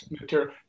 material